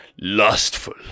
lustful